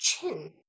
chin